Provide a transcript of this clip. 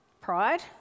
Pride